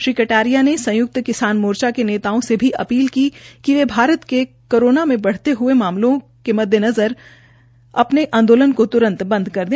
श्री कटारिया ने संय्क्त किसान मोर्चा के नेताओं से अपील की कि वे भारत में कोरोना के बढ़ते हये मामलों के मद्देनज़र रखते हये अपने आंदोलन को तुरंत बंद कर दें